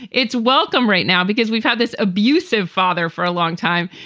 it's welcome right now because we've had this abusive father for a long time.